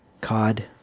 COD